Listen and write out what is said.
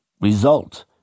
result